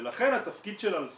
ולכן התפקיד של "אל סם"